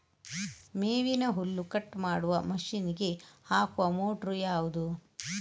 ಮೇವಿನ ಹುಲ್ಲು ಕಟ್ ಮಾಡುವ ಮಷೀನ್ ಗೆ ಹಾಕುವ ಮೋಟ್ರು ಯಾವುದು?